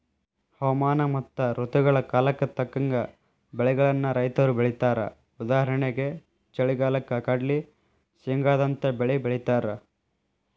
ಹವಾಮಾನ ಮತ್ತ ಋತುಗಳ ಕಾಲಕ್ಕ ತಕ್ಕಂಗ ಬೆಳಿಗಳನ್ನ ರೈತರು ಬೆಳೇತಾರಉದಾಹರಣೆಗೆ ಚಳಿಗಾಲಕ್ಕ ಕಡ್ಲ್ಲಿ, ಶೇಂಗಾದಂತ ಬೇಲಿ ಬೆಳೇತಾರ